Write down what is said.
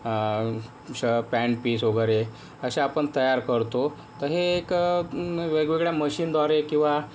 pant piece वगैरे असे आपण तयार करतो तर हे एक वेगवेगळ्या मशीनद्वारे किंवा